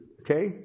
okay